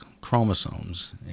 chromosomes